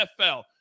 NFL